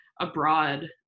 abroad